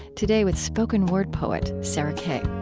today with spoken-word poet sarah kay